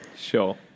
Sure